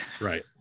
Right